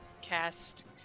cast